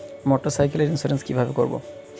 মোটরসাইকেলের ইন্সুরেন্স কিভাবে করব?